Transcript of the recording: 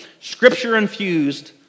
scripture-infused